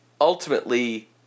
ultimately